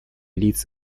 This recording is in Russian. лиц